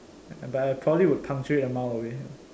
but I probably would puncture it a mile away